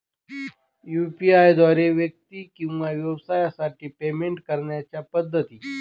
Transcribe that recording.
UPI द्वारे व्यक्ती किंवा व्यवसायांसाठी पेमेंट करण्याच्या पद्धती